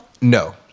No